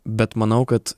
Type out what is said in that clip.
bet manau kad